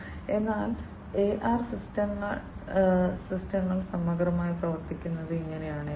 അതിനാൽ AR സിസ്റ്റങ്ങൾ സമഗ്രമായി പ്രവർത്തിക്കുന്നത് ഇങ്ങനെയാണ്